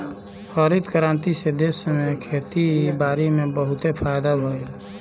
हरित क्रांति से देश में खेती बारी में बहुते फायदा भइल